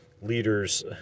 leaders